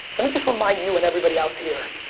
i mean just remind you, and everybody else here.